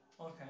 Okay